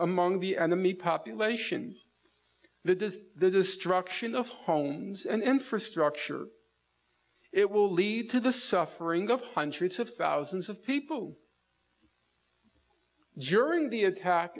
among the enemy population the the destruction of homes and infrastructure it will lead to the suffering of hundreds of thousands of people jury in the attack